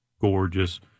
gorgeous